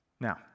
Now